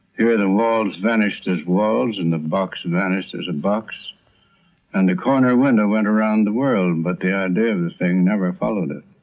here the walls vanished as walls and the the box vanished as a and box and the corner window went around the world but the idea of the thing never followed it.